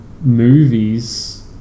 movies